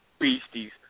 beasties